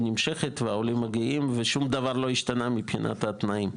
נמשכת והעולים מגיעים ושום דבר לא השתנה מבחינת התנאים.